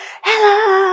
hello